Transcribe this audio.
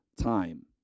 time